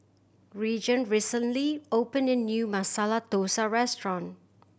Regan recently opened a new Masala Dosa Restaurant